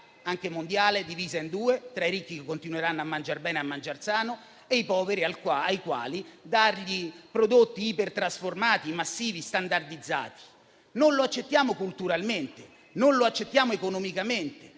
anche mondiale divisa in due, tra i ricchi che continueranno a mangiare bene e a mangiare sano, e i poveri ai quali dare prodotti ipertrasformati, massivi e standardizzati. Non lo accettiamo culturalmente né economicamente.